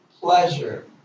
pleasure